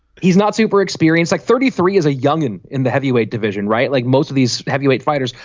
he's not super experienced like thirty three as a young and in the heavyweight division right like most of these heavyweight fighters.